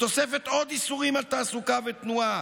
בתוספת עוד איסורים על תעסוקה ותנועה.